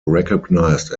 recognized